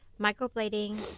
microblading